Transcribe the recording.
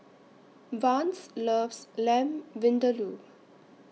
Vance loves Lamb Vindaloo